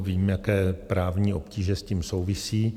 Vím, jaké právní obtíže s tím souvisí.